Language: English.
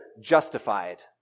justified